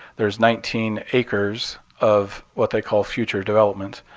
there's nineteen acres of what they call future development.